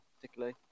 particularly